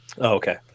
Okay